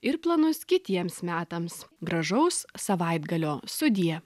ir planus kitiems metams gražaus savaitgalio sudie